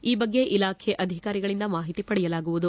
ಈ ಬಗ್ಗೆ ಇಲಾಖೆ ಅಧಿಕಾರಿಗಳಿಂದ ಮಾಹಿತಿ ಪಡೆಯಲಾಗುವುದು